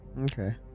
Okay